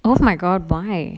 oh my god why